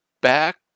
back